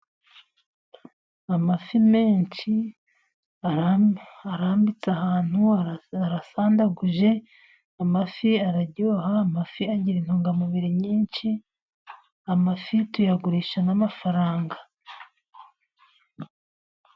Amafi menshi arambitse ahantu arasandaguje, amafi araryoha amafi agira intungamubiri nyinshi. Amafi tuyagurisha mo amafaranga